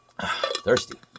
Thirsty